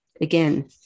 Again